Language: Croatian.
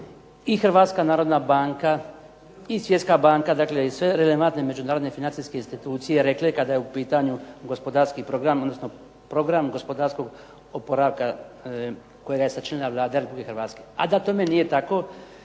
i Hrvatska narodna banka i Svjetska banka i sve relevantne financijske institucije rekle kade je u pitanju program gospodarskog oporavka kojega je sačinila Vlada Republike Hrvatske. A da tome nije tako,